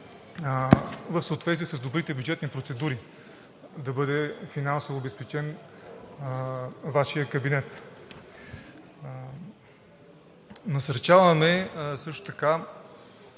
в съответствие с добрите бюджетни процедури да бъде финансово обезпечен Вашият кабинет. Насърчаваме също така